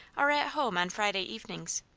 are at home on friday evenings.